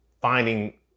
finding